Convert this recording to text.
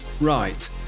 Right